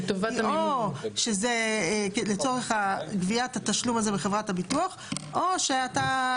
או שזה לצורך גביית התשלום הזה מחברת הביטוח או שאתה,